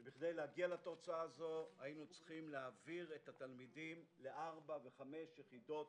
כדי להגיע לתוצאה הזו היינו צריכים להעביר את התלמידים ל-4 ו-5 יחידות